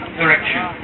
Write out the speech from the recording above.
direction